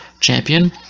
champion